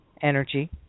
energy